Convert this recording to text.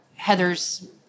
Heather's